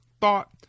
thought